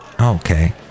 Okay